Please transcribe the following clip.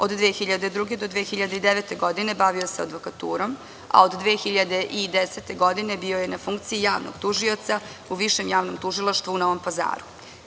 Od 2002. do 2009. godine bavio se advokaturom, a od 2010. godine bio je na funkciji javnog tužioca u Višem javnom tužilaštvu u Novom Pazaru.